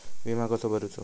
विमा कसो भरूचो?